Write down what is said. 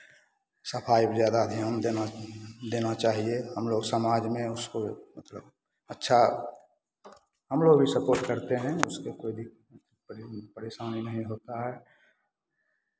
सफाई पे ज़्यादा ध्यान देना देना चाहिए हम लोग समाज में उसको मतलब अच्छा हम लोग भी सपोर्ट करते हैं उसको कोई दिक्कत परेशानी नहीं होता है